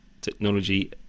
technology